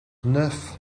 neuf